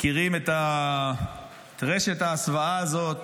מכירים את רשת ההסוואה הזו.